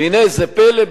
והנה זה פלא,